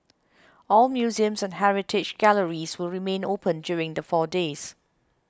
all museums and heritage galleries will remain open during the four days